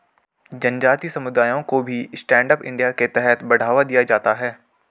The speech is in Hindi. जनजाति समुदायों को भी स्टैण्ड अप इंडिया के तहत बढ़ावा दिया जाता है